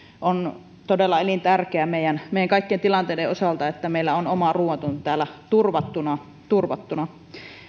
on todella elintärkeää meidän meidän kaikkien tilanteiden osalta että meillä on oma ruuantuotanto täällä turvattuna turvattuna